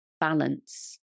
balance